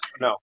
No